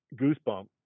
goosebump